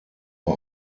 nur